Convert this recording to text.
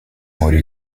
morì